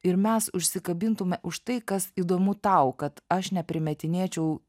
ir mes užsikabintume už tai kas įdomu tau kad aš ne primetinėčiau